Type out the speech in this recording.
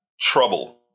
trouble